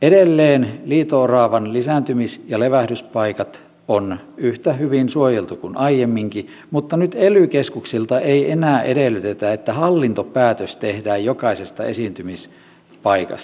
edelleen liito oravan lisääntymis ja levähdyspaikat on yhtä hyvin suojeltu kuin aiemminkin mutta nyt ely keskuksilta ei enää edellytetä että hallintopäätös tehdään jokaisesta esiintymispaikasta